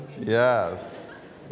Yes